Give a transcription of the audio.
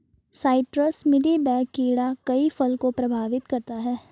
citrus mealy bug कीड़ा कई फल को प्रभावित करता है